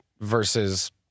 versus